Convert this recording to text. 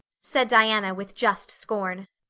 said diana with just scorn.